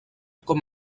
com